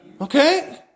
Okay